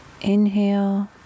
Inhale